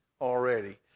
already